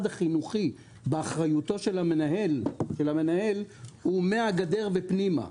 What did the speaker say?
החינוכי באחריותו של המנהל הוא מהגדר ופנימה,